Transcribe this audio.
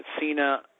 Cena